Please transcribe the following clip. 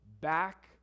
Back